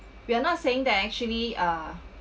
we are not saying that actually uh